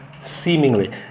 seemingly